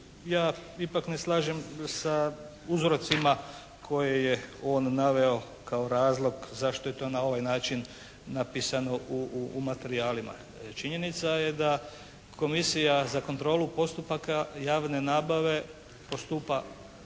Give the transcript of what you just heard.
ja ipak ne slažem sa uzrocima koje je on naveo kao razlog zašto je to na ovaj način napisano u materijalima. Činjenica je da Komisija za kontrolu postupaka javne nabave postupa